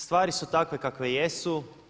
Stvari su takve kakve jesu.